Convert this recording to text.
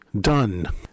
done